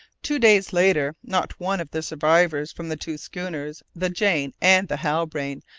two days later not one of the survivors from the two schooners, the jane and the halbrane,